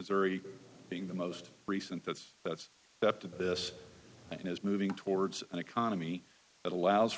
is very being the most recent that's that's up to this and is moving towards an economy that allows for